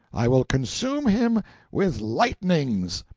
i will consume him with lightnings!